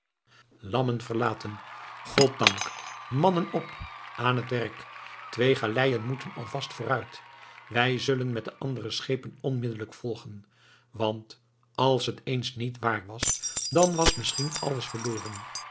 lammen verlaten goddank mannen op aan het werk twee galeien moeten al vast vooruit wij zullen met de andere schepen onmiddellijk volgen want als het eens niet waar was dan was misschien alles verloren